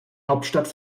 hauptstadt